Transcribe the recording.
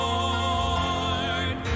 Lord